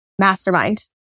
mastermind